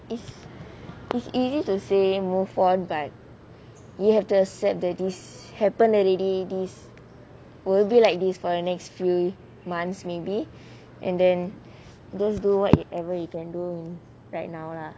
it's easy to say move on but you have to accept that this happen already these will be like these for the next few months maybe and then go do whatever you can do right now lah